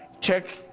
check